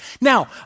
Now